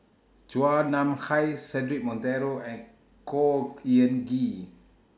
Chua Nam Hai Cedric Monteiro and Khor Ean Ghee